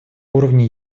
уровни